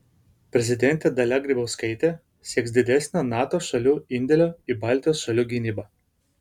prezidentė dalia grybauskaitė sieks didesnio nato šalių indėlio į baltijos šalių gynybą